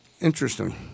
interesting